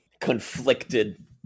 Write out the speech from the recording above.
conflicted